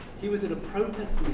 he was at a protest